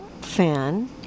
fan